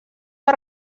per